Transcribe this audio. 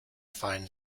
find